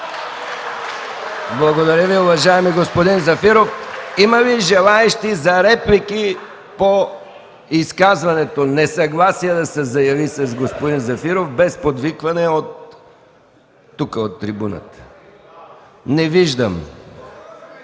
Благодаря Ви, уважаеми господин Зафиров. Има ли желаещи за реплики по изказването, да се заяви несъгласие с господин Зафиров, без подвикване, тук, от трибуната? Не виждам.